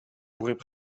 pourrait